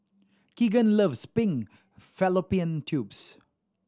Kegan loves pig fallopian tubes